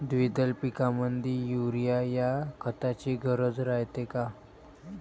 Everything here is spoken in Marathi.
द्विदल पिकामंदी युरीया या खताची गरज रायते का?